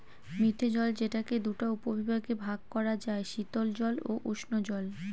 মিঠে জল যেটাকে দুটা উপবিভাগে ভাগ করা যায়, শীতল জল ও উষ্ঞজল